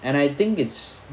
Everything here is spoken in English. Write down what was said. and I think it's